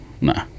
Nah